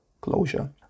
closure